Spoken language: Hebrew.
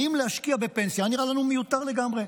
אם להשקיע בפנסיה, היה נראה לנו מיותר לגמרי.